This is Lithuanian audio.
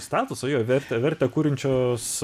statusą jo vertę vertę kuriančios